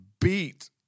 beat